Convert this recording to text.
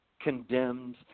condemned